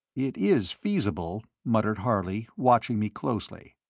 it is feasible, muttered harley, watching me closely.